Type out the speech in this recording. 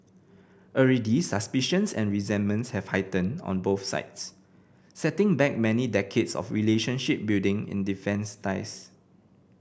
already suspicions and resentments have heightened on both sides setting back many decades of relationship building in defence ties